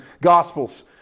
Gospels